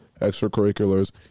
extracurriculars